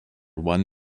one